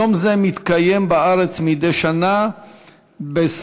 יום זה מתקיים בארץ מדי שנה בסמוך